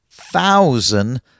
thousand